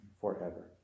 forever